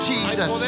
Jesus